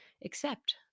except